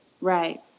Right